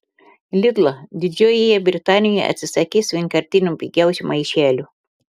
lidl didžiojoje britanijoje atsisakys vienkartinių pigiausių maišelių